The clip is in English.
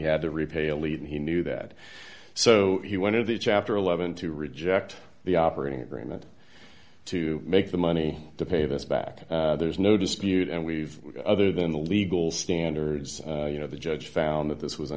had to repay a lead and he knew that so he wanted the chapter eleven to reject the operating agreement to make the money to pay this back there's no dispute and we've other than the legal standards you know the judge found that this was a